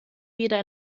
wieder